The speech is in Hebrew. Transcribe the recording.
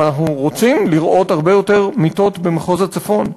אבל אנחנו רוצים לראות הרבה יותר מיטות במחוז הצפון.